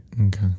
Okay